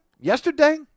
yesterday